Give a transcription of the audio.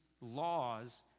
laws